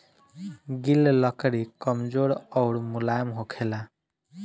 गिल लकड़ी कमजोर अउर मुलायम होखेला